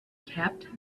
kept